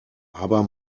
aber